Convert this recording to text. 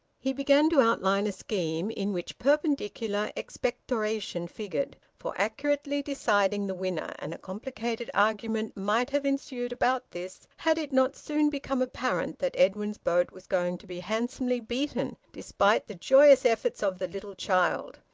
he began to outline a scheme, in which perpendicular expectoration figured, for accurately deciding the winner, and a complicated argument might have ensued about this, had it not soon become apparent that edwin's boat was going to be handsomely beaten, despite the joyous efforts of the little child.